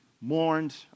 mourned